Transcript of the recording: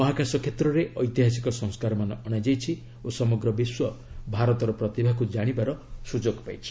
ମହାକାଶ କ୍ଷେତ୍ରରେ ଐତିହାସିକ ସଂସ୍କାରମାନ ଅଣାଯାଇଛି ଓ ସମଗ୍ର ବିଶ୍ୱ ଭାରତର ପ୍ରତିଭାକୁ ଜାଣିବାର ସୁଯୋଗ ପାଇଛି